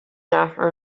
after